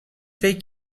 فکر